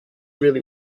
really